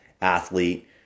athlete